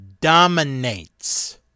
dominates